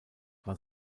war